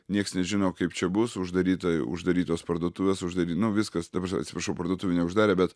nieks nežino kaip čia bus uždaryta uždarytos parduotuvės uždary nu viskas ta prasme atsiprašau parduotuvių neuždarė bet